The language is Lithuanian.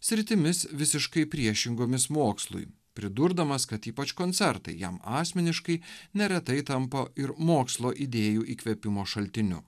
sritimis visiškai priešingomis mokslui pridurdamas kad ypač koncertai jam asmeniškai neretai tampa ir mokslo idėjų įkvėpimo šaltiniu